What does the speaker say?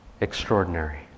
extraordinary